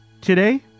Today